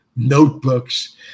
notebooks